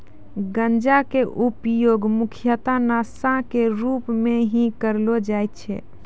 गांजा के उपयोग मुख्यतः नशा के रूप में हीं करलो जाय छै